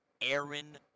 Aaron